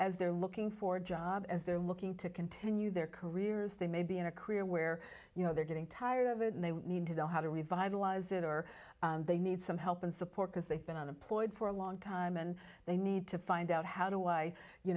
as they're looking for a job as they're looking to continue their careers they may be in a career where you know they're getting tired of it and they need to know how to revitalize it or they need some help and support because they've been unemployed for a long time and they need to find out how do i you